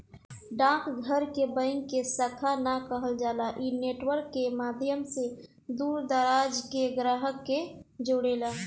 डाक घर के बैंक के शाखा ना कहल जाला इ नेटवर्क के माध्यम से दूर दराज के ग्राहक के जोड़ेला